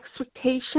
expectation